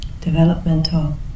developmental